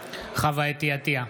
חוה אתי עטייה,